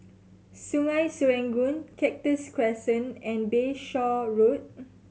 Sungei Serangoon Cactus Crescent and Bayshore Road